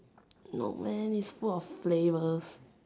no man it's full of flavours